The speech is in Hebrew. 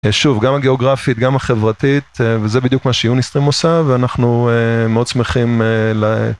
שוב, גם הגיאוגרפית, גם החברתית, וזה בדיוק מה שיוניסטרים עושה, ואנחנו מאוד שמחים ל...